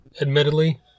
admittedly